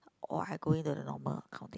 or I going to the normal accounting